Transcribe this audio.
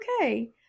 okay